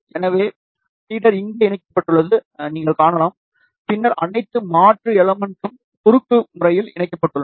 எனவே ஃபீடர் இங்கே இணைக்கப்பட்டுள்ளதை நீங்கள் காணலாம் பின்னர் அனைத்து மாற்று எலமென்ட்ம் குறுக்கு முறையில் இணைக்கப்பட்டுள்ளன